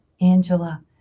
Angela